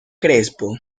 crespo